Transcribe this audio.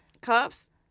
cuffs